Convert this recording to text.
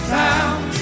town